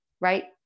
Right